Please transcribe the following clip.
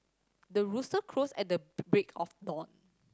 the rooster crows at the break of dawn